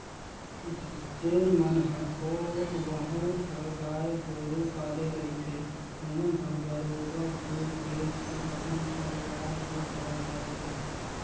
जेन मन ह थोक बहुत ह गाय गोरु पाले रहिथे ओमन ह बरोबर दूद बेंच के अपन परवार ल चला डरथे